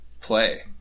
Play